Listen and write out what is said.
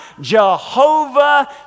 Jehovah